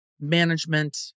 management